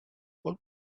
what